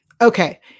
Okay